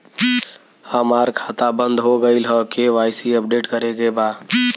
हमार खाता बंद हो गईल ह के.वाइ.सी अपडेट करे के बा?